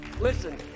listen